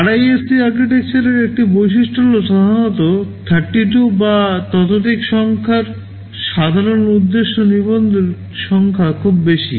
RISC আর্কিটেকচারের একটি বৈশিষ্ট্য হল সাধারনত 32 বা ততোধিক সংখ্যক সাধারণ উদ্দেশ্য নিবন্ধের সংখ্যা খুব বেশি